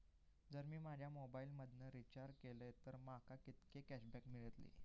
जर मी माझ्या मोबाईल मधन रिचार्ज केलय तर माका कितके कॅशबॅक मेळतले?